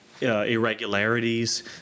irregularities